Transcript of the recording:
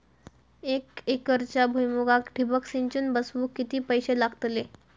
एक एकरच्या भुईमुगाक ठिबक सिंचन बसवूक किती पैशे लागतले?